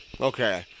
Okay